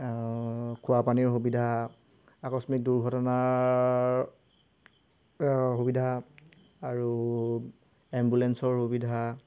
খোৱাপানীৰ সুবিধা আকস্মিক দুৰ্ঘটনাৰ সুবিধা আৰু এম্বুলেঞ্চৰ সুবিধা